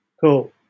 Cool